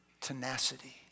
Tenacity